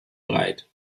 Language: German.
breit